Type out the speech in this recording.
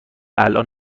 الان